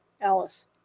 Alice